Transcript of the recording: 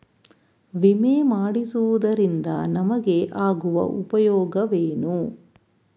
ವಿಮೆ ಮಾಡಿಸುವುದರಿಂದ ನಮಗೆ ಆಗುವ ಉಪಯೋಗವೇನು?